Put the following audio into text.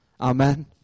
Amen